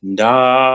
da